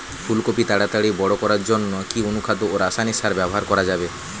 ফুল কপি তাড়াতাড়ি বড় করার জন্য কি অনুখাদ্য ও রাসায়নিক সার ব্যবহার করা যাবে?